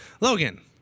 Logan